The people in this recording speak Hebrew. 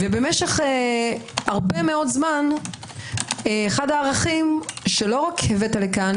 משך הרבה מאוד זמן אחד הערכים שלא רק הבאת לכאן